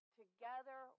together